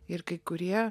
ir kai kurie